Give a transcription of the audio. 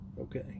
Okay